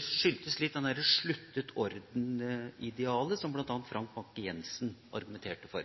skyldtes litt det «sluttet-orden-idealet» som bl.a. Frank Bakke-Jensen argumenterte for.